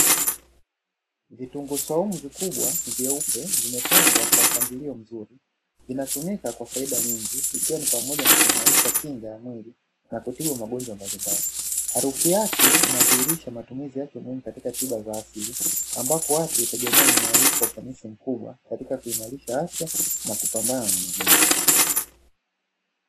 Vitunguu swaumu vikubwa vyeupe vimepangwa kwa mpangilio mzuri, vinatumika kwa faida nyingi pia ni pamoja na kuimarisha kinga ya mwili na kutibu magonjwa mbalimbali, harufu yake inadhihirisha matumizi yake muhimu katika tiba za asili, ambapo watu hutegemea mimea hii kwa ufanisi mkubwa, katika kuimarisha afya na kupambana na magonjwa.